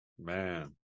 man